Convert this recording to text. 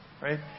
right